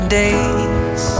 days